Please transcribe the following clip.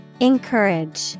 Encourage